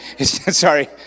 Sorry